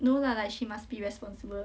no lah like she must be responsible